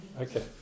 Okay